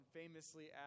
famously